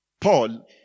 Paul